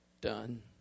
done